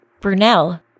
Brunel